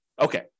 Okay